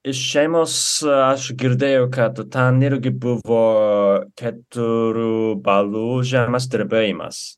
iš šeimos aš girdėjau kad ten irgi buvo keturių balų žemės drebėjimas